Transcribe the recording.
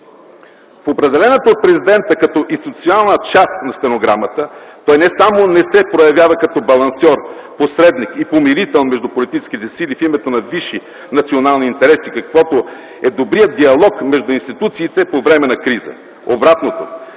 В определената от президента като институционална част на стенограмата той не само не се проявява като балансьор, посредник и помирител между политическите сили в името на висши национални интереси, какъвто е добрият диалог между институциите по време на криза. Обратното,